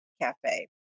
cafe